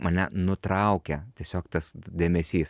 mane nutraukia tiesiog tas dėmesys